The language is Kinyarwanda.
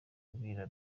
abwira